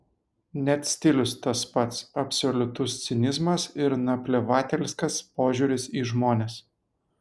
net stilius tas pats absoliutus cinizmas ir naplevatelskas požiūris į žmones